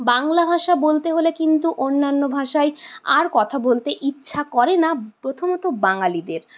বাংলা ভাষা বলতে হলে কিন্তু অন্যান্য ভাষায় আর কথা বলতে ইচ্ছা করেনা প্রথমত বাঙালিদের